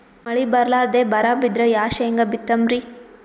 ಮಳಿ ಬರ್ಲಾದೆ ಬರಾ ಬಿದ್ರ ಯಾ ಶೇಂಗಾ ಬಿತ್ತಮ್ರೀ?